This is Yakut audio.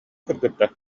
кыргыттар